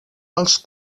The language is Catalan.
els